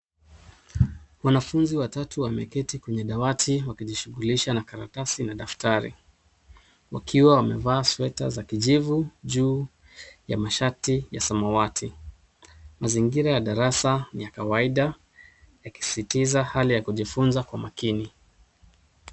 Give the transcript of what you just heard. Wanafunzi watatu wameketi kwenye dawati wakijishughulisha na karatasi na daftari wakiwa wamevaa sweta za kijivu juu ya mashati ya samawati. Mazingira ya darasa ya kawaida yanasisitiza hali ya kujifunza kwa makini.